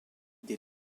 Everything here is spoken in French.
des